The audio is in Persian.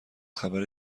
خبر